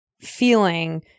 feeling